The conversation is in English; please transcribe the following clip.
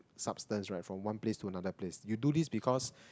substance right from one place to another place you do this because